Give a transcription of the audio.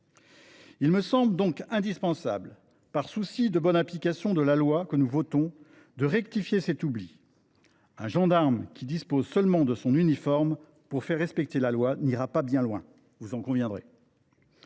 Il me semble donc indispensable, dans le souci de la bonne application de la loi que nous votons, de rectifier cet oubli : un gendarme qui dispose seulement de son uniforme pour faire respecter la loi n’ira pas bien loin, vous en conviendrez…